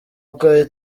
uko